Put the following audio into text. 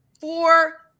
four